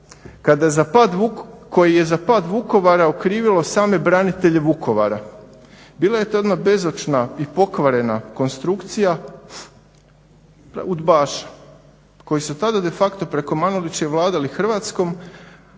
koji je za pad Vukovara okrivilo same branitelje Vukovara. Bilo je to jedna bezočna i pokvarena konstrukcija udbaša koji su tada de facto preko Manolića vladali Hrvatskom,